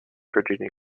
virginia